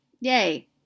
yay